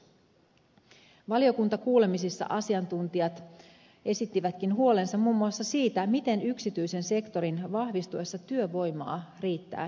valiokuntakuulemisissa asiantuntijat esittivätkin huolensa muun muassa siitä miten yksityisen sektorin vahvistuessa työvoimaa riittää julkiselle puolelle